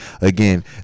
again